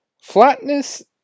Flatness